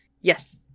yes